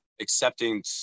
accepting